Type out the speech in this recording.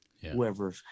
Whoever